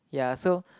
ya so